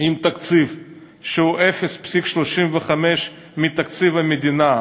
עם תקציב שהוא 0.35% מתקציב המדינה,